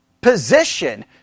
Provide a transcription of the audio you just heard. position